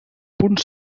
punts